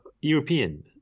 European